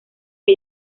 que